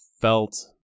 felt